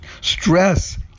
Stress